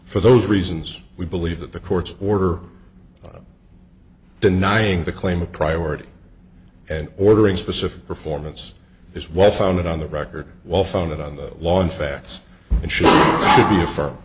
for those reasons we believe that the court's order denying the claim a priority and ordering specific performance is well founded on the record well founded on the law and fa